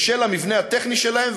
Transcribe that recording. בשל המבנה הטכני שלהם,